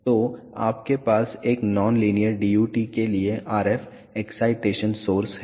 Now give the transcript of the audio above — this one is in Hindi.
तो आपके पास एक नॉन लीनियर DUT के लिए RF एक्साइटेशन सोर्स है